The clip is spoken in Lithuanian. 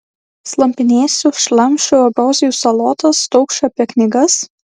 slampinėsiu šlamšiu ambrozijų salotas taukšiu apie knygas